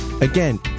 Again